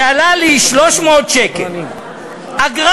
וזה עלה לי 300 שקל אגרה.